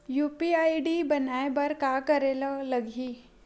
UPI ID बनाये बर का करे ल लगही?